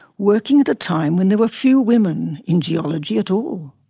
working at a time when there were few women in geology at all.